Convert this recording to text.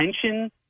attention